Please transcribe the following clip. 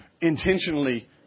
intentionally